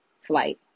flight